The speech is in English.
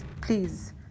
please